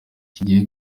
kigiye